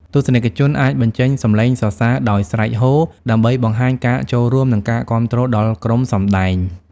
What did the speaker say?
ទស្សនិកជនអាចបញ្ចេញសំឡេងសរសើរដោយស្រែកហ៊ោ ដើម្បីបង្ហាញការចូលរួម និងការគាំទ្រដល់ក្រុមសម្តែង។